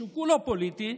שהוא כולו פוליטי,